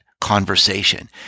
conversation